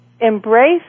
embrace